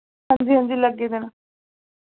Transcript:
हांजी हांजी लग्गे दे न